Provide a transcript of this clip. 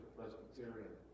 Presbyterian